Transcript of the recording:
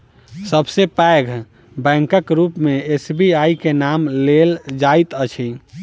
सब सॅ पैघ बैंकक रूप मे एस.बी.आई के नाम लेल जाइत अछि